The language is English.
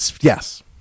Yes